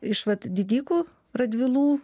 iš vat didikų radvilų